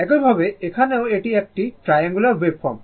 একইভাবে এখানেও এটি একটি ট্রায়াঙ্গুলার ওয়েভফর্ম